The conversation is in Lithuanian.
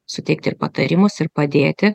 suteikti ir patarimus ir padėti